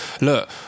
look